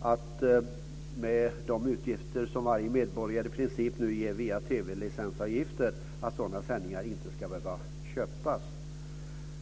att sådana sändningar, med de utgifter som i princip varje medborgare har för TV-licenser, inte ska behöva köpas.